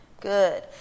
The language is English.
Good